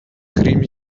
creamy